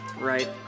right